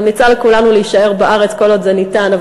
אני ממליצה לכולנו להישאר בארץ כל עוד זה ניתן,